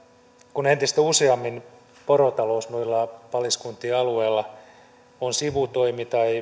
kun entistä useammin porotalous noilla paliskuntien alueilla on sivutoimi tai